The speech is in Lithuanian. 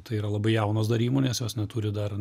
tai yra labai jaunos dar įmonės jos neturi dar